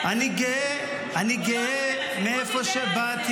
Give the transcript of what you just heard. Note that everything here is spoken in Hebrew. הוא דיבר על --- אני גאה מאיפה שבאתי.